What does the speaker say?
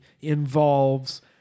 involves